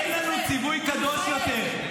אין לנו ציווי קדוש יותר.